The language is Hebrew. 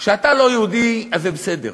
כשאתה לא יהודי אז זה בסדר,